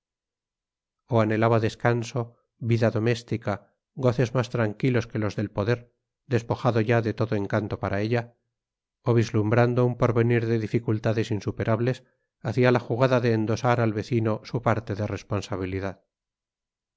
razón o anhelaba descanso vida doméstica goces más tranquilos que los del poder despojado ya de todo encanto para ella o vislumbrando un porvenir de dificultades insuperables hacía la jugada de endosar al vecino su parte de responsabilidad